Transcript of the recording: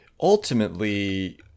ultimately